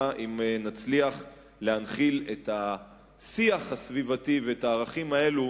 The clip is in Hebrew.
אם נצליח להנחיל את השיח הסביבתי ואת הערכים האלו